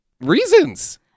Reasons